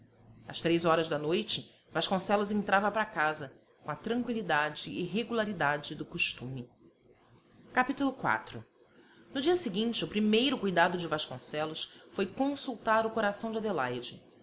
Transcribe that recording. às três horas da noite vasconcelos entrava para casa com a tranqüilidade e regularidade do costume capítulo iv no dia seguinte o primeiro cuidado de vasconcelos foi consultar o coração de adelaide